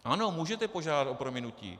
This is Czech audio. Ano, můžete požádat o prominutí.